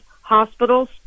hospitals